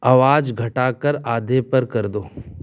आवाज़ घटा कर आधे पर कर दो